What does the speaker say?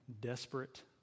desperate